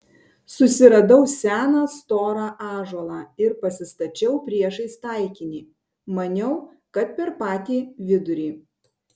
susiradau seną storą ąžuolą ir pasistačiau priešais taikinį maniau kad per patį vidurį